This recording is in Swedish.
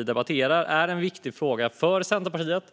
i dag debatterar, är en viktig fråga för Centerpartiet.